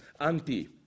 anti